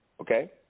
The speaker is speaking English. Okay